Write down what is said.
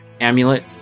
amulet